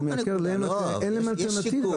אם אתה מייקר להם, אין להם אלטרנטיבה.